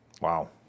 Wow